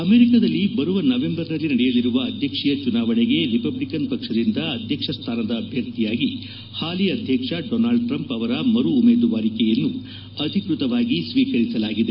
ಅಮೆರಿಕಾದಲ್ಲಿ ಬರುವ ನವೆಂಬರ್ನಲ್ಲಿ ನಡೆಯಲಿರುವ ಅಧ್ಯಕ್ಷಿಯ ಚುನಾವಣೆಗೆ ರಿಪಬ್ಲಿಕನ್ ಪಕ್ಷದಿಂದ ಅಧ್ಯಕ್ಷ ಸ್ಥಾನದ ಅಭ್ಯರ್ಥಿಯಾಗಿ ಹಾಲಿ ಅಧ್ಯಕ್ಷ ಡೊನಾಲ್ಡ್ ಟ್ರಂಪ್ ಅವರ ಮರು ಉಮೇದುವಾರಿಕೆಯನ್ನು ಅಧಿಕೃತವಾಗಿ ಸ್ವೀಕರಿಸಲಾಗಿದೆ